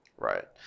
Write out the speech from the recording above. Right